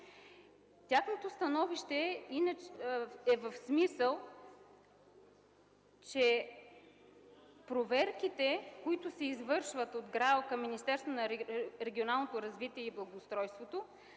Тяхното становище е в смисъл: проверките, които се извършват от ГРАО към Министерството на регионалното развитие и благоустройството,